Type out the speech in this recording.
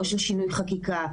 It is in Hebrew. או של שינוי חקיקה,